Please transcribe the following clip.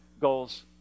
goals